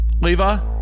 Leva